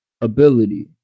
ability